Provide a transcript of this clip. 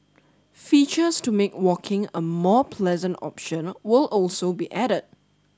features to make walking a more pleasant option will also be added